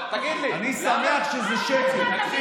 אני שמח שזה שקר.